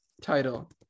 title